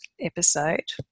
episode